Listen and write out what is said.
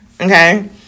okay